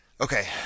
Okay